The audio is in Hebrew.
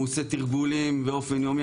הוא עושה תרגולים באופן יומי,